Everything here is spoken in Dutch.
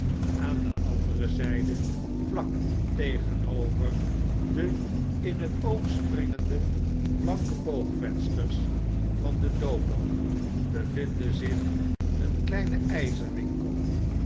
aan de andere zyde vlak tegenover de in het oog springende blanke boogvensters van de dodo bevinden zich een kleine